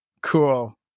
Cool